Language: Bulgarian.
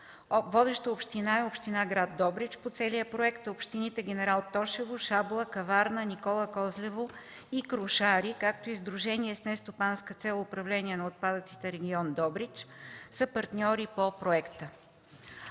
Водеща община е: община град Добрич по целия проект, а общините Генерал Тошево, Шабла, Каварна, Никола Козлево и Крушари, както и Сдружение с нестопанска цел „Управление на отпадъците” – регион Добрич, са партньори по проекта.